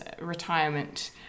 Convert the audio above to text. retirement